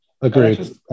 agreed